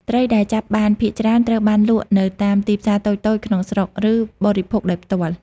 ត្រីដែលចាប់បានភាគច្រើនត្រូវបានលក់នៅតាម ទីផ្សារតូចៗ ក្នុងស្រុក ឬបរិភោគដោយផ្ទាល់។